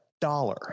dollar